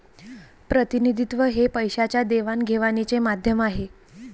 प्रतिनिधित्व हे पैशाच्या देवाणघेवाणीचे माध्यम आहे